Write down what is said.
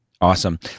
Awesome